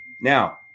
now